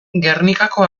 gernikako